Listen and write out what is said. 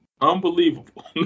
Unbelievable